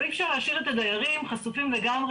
אבל אי אפשר להשאיר את הדיירים חשופים לגמרי